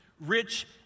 Rich